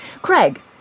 Craig